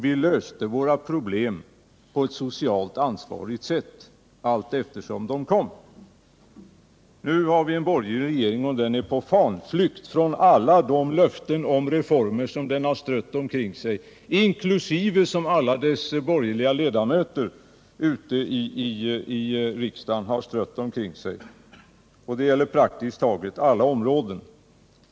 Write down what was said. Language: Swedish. Vi löste då våra problem på ett socialt ansvarigt sätt, allteftersom de uppstod. Nu har vi en borgerlig regering, och den är på fanflykt från alla de löften om reformer som den strött omkring sig. Det gäller för övrigt alla de löften som de borgerliga ledamöterna i riksdagen har strött omkring sig på praktiskt taget alla områden.